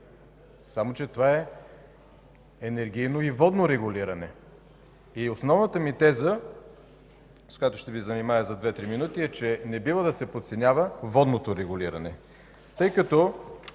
Само че това е енергийно и водно регулиране. Основната ми теза, с която ще Ви занимая за две-три минути, е, че не бива да се подценява водното регулиране, тъй като